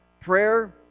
Prayer